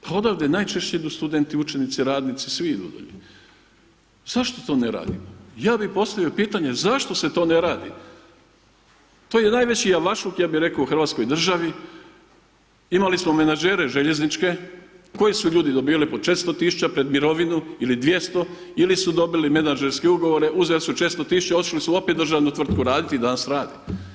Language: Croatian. Pa odavde najčešće idu studenti, učenici, radnici, svi idu dolje, zašto to ne rade, ja bi postavio pitanje zašto se to ne radi, to je najveći javašluk ja bi reko u Hrvatskoj državi, imali smo menadžere željezničke koji su ljudi dobivali po 400.000 pred mirovinu, ili 200 ili su dobili menadžerske ugovore, uzeli su 400.000 otišli su opet u državnu tvrtku radi i danas rade.